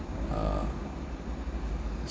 uh